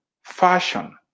fashion